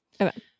Okay